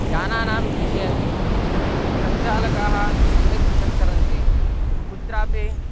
यानानां विषये अपि सञ्चालकाः सम्यक् सञ्चरन्ति कुत्रापि